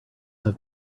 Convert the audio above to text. have